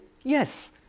Yes